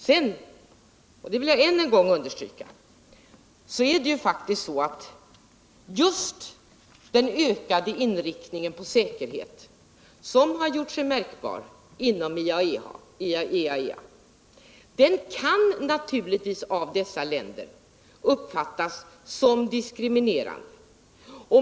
Jag vill än en gång understryka att just den ökade inriktning på säkerhet, som har gjort sig märkbar inom IAEA, naturligtvis av dessa länder kan uppfattas som diskriminerande.